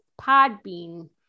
Podbean